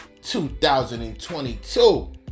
2022